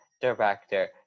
director